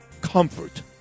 Comfort